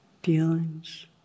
Feelings